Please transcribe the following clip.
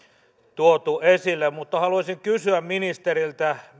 tuotu esille mutta haluaisin kysyä ministeriltä